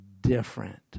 different